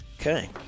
Okay